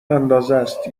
اندازست